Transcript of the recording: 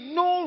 no